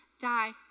die